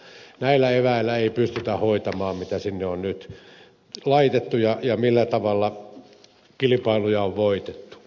näillä eväillä ei pystytä hoitamaan mitä sinne on nyt laitettu ja millä tavalla kilpailuja on voitettu